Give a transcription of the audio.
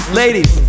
ladies